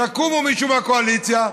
יקום מישהו מהקואליציה,